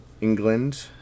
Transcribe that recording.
england